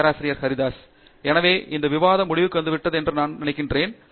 பேராசிரியர் பிரதாப் ஹரிதாஸ் எனவே இந்த விவாதம் முடிவுக்கு வந்துவிட்டது என்று நான் நினைக்கிறேன்